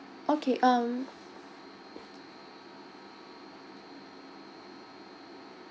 okay um